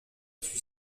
suit